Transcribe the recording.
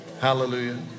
Hallelujah